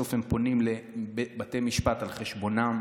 בסוף הם פונים לבתי משפט על חשבונם,